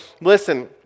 listen